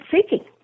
seeking